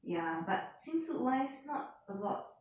ya but swimsuit wise not a lot